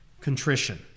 Contrition